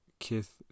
kith